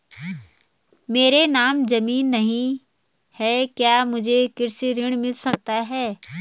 मेरे नाम ज़मीन नहीं है क्या मुझे कृषि ऋण मिल सकता है?